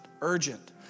urgent